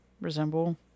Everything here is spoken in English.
resemble